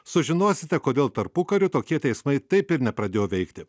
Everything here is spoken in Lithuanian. sužinosite kodėl tarpukariu tokie teismai taip ir nepradėjo veikti